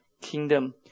kingdom